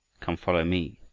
come follow me,